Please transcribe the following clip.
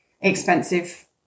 expensive